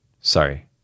Sorry